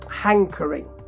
hankering